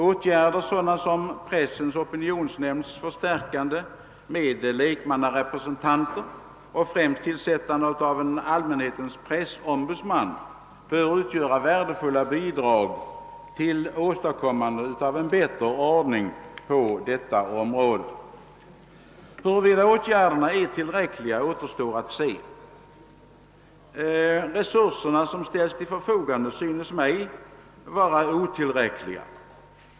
Åtgärder sådana som Pressens opinionsnämnds förstär kande med lekmannarepresentanter och främst tillsättandet av en allmänhetens pressombudsman utgör värdefulla bidrag för åstadkommande av en bättre ordning på detta område. Huruvida åtgärderna är tillräckliga återstår att se. De resurser som ställs till förfogande synes mig vara otillräckliga.